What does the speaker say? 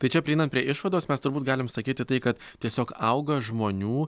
tai čia prieinant prie išvados mes turbūt galime sakyti tai kad tiesiog auga žmonių